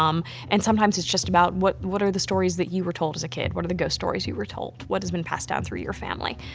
um and sometimes it's just about, what what are the stories that you were told as a kid, what are the ghost stories you were told? what has been passed down through your family?